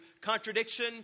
contradiction